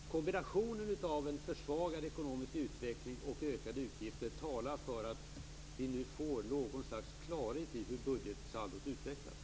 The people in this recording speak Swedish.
Kombinationen av en försvagad ekonomisk utveckling och ökade utgifter talar för att vi nu får något slags klarhet i hur budgetsaldot utvecklas.